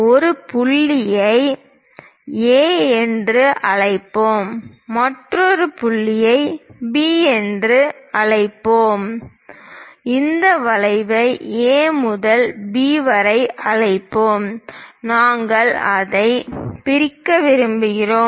ஒரு புள்ளியை A என்று அழைப்போம் மற்றொரு புள்ளியை B என்றும் இந்த வளைவை A முதல் B வரை அழைப்போம் நாங்கள் அதைப் பிரிக்க விரும்புகிறோம்